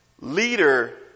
leader